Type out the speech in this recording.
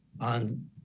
on